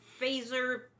phaser